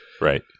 Right